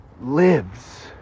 lives